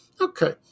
Okay